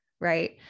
Right